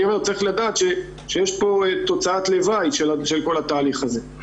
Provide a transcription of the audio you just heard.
צריך לדעת שיש פה תוצאת לוואי של כל התהליך הזה.